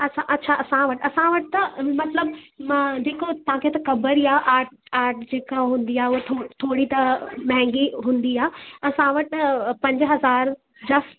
अछा अछा असां वटि असां वटि त मतिलबु जेको तव्हांखे त ख़बरु ई आहे आर्ट आर्ट जेका हूंदी आहे उहा थो थोरी त महांगी हूंदी आहे असां वटि न पंज हज़ार जा